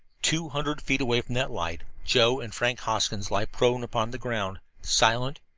two hundred feet away from that light joe and frank hoskins lay prone upon the ground, silent,